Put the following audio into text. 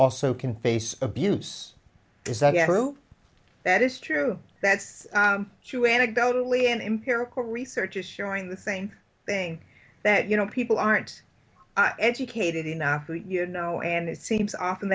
also can face abuse does that add to that is true that's true anecdotally and empirical research is showing the same thing that you know people aren't educated enough you know and it seems often